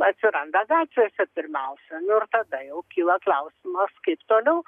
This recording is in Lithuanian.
atsiranda gatvėse pirmiausia nu ir tada jau kyla klausimas kaip toliau